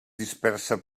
dispersa